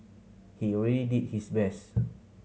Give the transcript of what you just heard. he already did his best